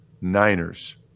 Niners